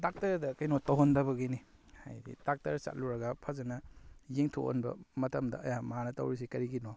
ꯗꯥꯛꯇꯔꯗ ꯀꯩꯅꯣ ꯇꯧꯍꯟꯗꯕꯒꯤꯅꯤ ꯍꯥꯏꯕꯗꯤ ꯗꯥꯛꯇꯔ ꯆꯠꯂꯨꯔꯒ ꯐꯖꯅ ꯌꯦꯡꯊꯣꯛꯍꯟꯕ ꯃꯇꯝꯗ ꯑꯌꯥꯝꯕ ꯃꯥꯅ ꯇꯧꯔꯤꯁꯤ ꯀꯔꯤꯒꯤꯅꯣ